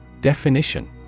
Definition